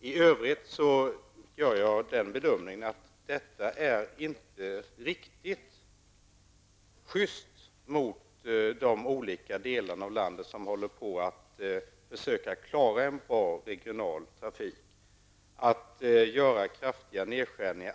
I övrigt gör jag bedömningen att det inte är riktigt sjyst mot de olika delar av landet som håller på att försöka klara en bra regionaltrafik att göra kraftiga nedskärningar.